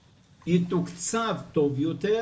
יתוקצב טוב יותר,